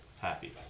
happy